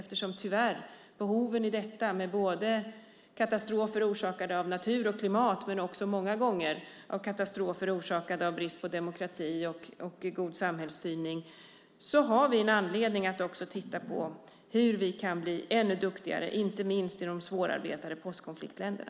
När det gäller katastrofer orsakade av natur och klimat men många gånger katastrofer orsakade av brist på demokrati och god samhällsstyrning har vi anledning att titta på hur vi kan bli ännu duktigare, inte minst i de svårarbetade postkonfliktländerna.